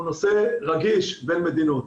הוא נושא רגיש בין מדינות.